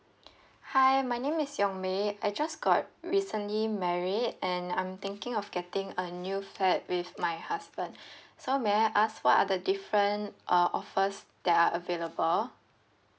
hi my name is yong may I just got recently married and I'm thinking of getting a new flat with my husband so may I ask what are the different uh offers that are available